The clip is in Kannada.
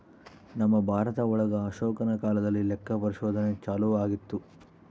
ನಮ್ ಭಾರತ ಒಳಗ ಅಶೋಕನ ಕಾಲದಲ್ಲಿ ಲೆಕ್ಕ ಪರಿಶೋಧನೆ ಚಾಲೂ ಆಗಿತ್ತು